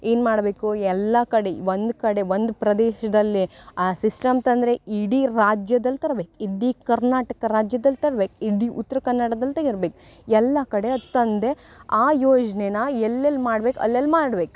ಏನು ಮಾಡಬೇಕು ಎಲ್ಲ ಕಡೆ ಒಂದು ಕಡೆ ಒಂದು ಪ್ರದೇಶದಲ್ಲೇ ಆ ಸಿಸ್ಟಮ್ ತಂದರೆ ಇಡೀ ರಾಜ್ಯದಲ್ಲಿ ತರ್ಬೇಕು ಇಡೀ ಕರ್ನಾಟಕ ರಾಜ್ಯದಲ್ಲಿ ತರ್ಬೇಕು ಇಡೀ ಉತ್ತರ ಕನ್ನಡ್ದಲ್ಲಿ ತೆಗೆರ್ಬೇಕು ಎಲ್ಲ ಕಡೆ ಅದು ತಂದೆ ಆ ಯೋಜನೆನ ಎಲ್ಲೆಲ್ಲಿ ಮಾಡ್ಬೇಕು ಅಲ್ಲೆಲ್ಲಿ ಮಾಡ್ಬೇಕು